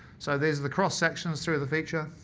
so there's the cross sections through the feature.